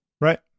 Right